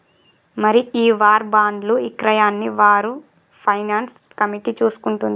మరి ఈ వార్ బాండ్లు ఇక్రయాన్ని వార్ ఫైనాన్స్ కమిటీ చూసుకుంటుంది